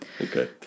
Okay